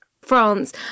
France